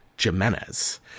Jimenez